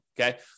okay